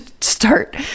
start